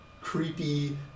creepy